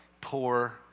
poor